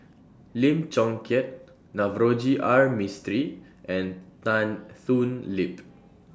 Lim Chong Keat Navroji R Mistri and Tan Thoon Lip